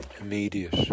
immediate